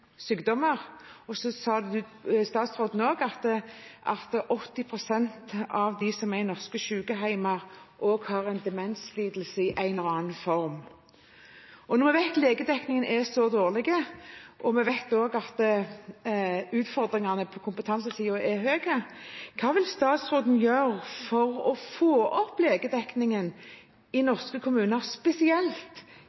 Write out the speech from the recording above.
Så sa statsråden at 80 pst. av dem som er i norske sykehjem, også har en demenslidelse i en eller annen form. Når vi vet at legedekningen er så dårlig og vi også vet at utfordringene på kompetansesiden er store, hva vil statsråden gjøre for å få opp legedekningen i norske kommuner, spesielt